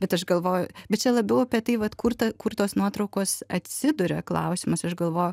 bet aš galvoju bet čia labiau apie tai vat kur ta kur tos nuotraukos atsiduria klausimas aš galvoju